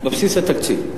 בבסיס התקציב.